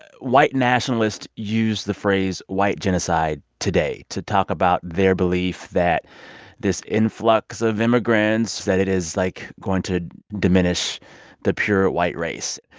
white nationalists use the phrase white genocide today to talk about their belief that this influx of immigrants that it is, like, going to diminish the pure white race.